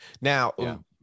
now